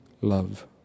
love